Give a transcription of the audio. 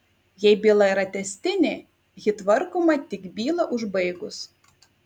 jei byla yra tęstinė ji tvarkoma tik bylą užbaigus